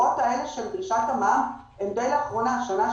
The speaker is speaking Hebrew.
דרישת המע"מ הם דיי לאחרונה - שנה,